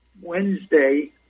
Wednesday